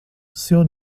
seu